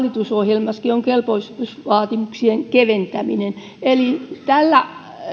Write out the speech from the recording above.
hallitusohjelmassakin on kelpoisuusvaatimuksien keventäminen eli